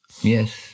Yes